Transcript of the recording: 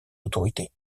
autorités